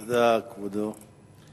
תודה, כבודו.